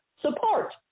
support